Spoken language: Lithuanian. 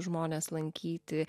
žmones lankyti